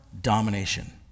domination